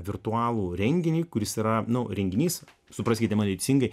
virtualų renginį kuris yra renginys supraskite mane teisingai